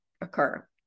occur